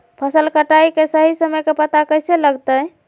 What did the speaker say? फसल कटाई के सही समय के पता कैसे लगते?